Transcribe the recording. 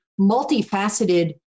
multifaceted